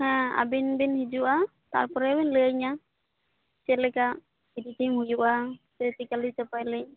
ᱦᱮᱸ ᱟᱵᱤᱱ ᱵᱤᱱ ᱦᱤᱡᱩᱜᱼᱟ ᱛᱟᱨᱯᱚᱨᱮ ᱵᱤᱱ ᱞᱟ ᱭᱟ ᱧᱟ ᱪᱮᱫ ᱞᱮᱠᱟ ᱮᱰᱤᱴᱤᱝ ᱦᱩᱭᱩᱜᱼᱟ ᱥᱮ ᱞᱟᱹᱭ